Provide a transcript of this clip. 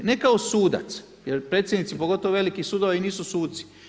Ne kao sudac, jer predsjednici pogotovo velikih sudova i nisu suci.